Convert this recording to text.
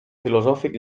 filosòfic